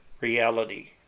reality